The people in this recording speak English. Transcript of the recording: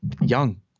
young